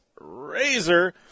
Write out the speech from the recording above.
Razor